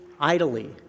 idly